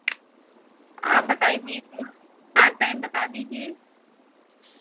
आप बता ही दीजिए हाँ टाइम बता दीजिए